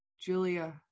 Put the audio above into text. Julia